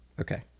Okay